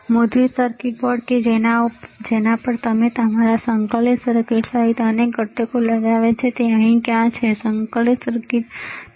મુદ્રિત circuit board કે જેના પર તમે તમારા સંકલિત સર્કિટ સહિત અનેક ઘટકો લગાવ્યા છે તે અહીં ક્યાં છે સંકલિત સર્કિટ બરાબર